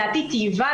טייבה,